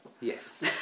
Yes